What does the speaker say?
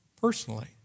personally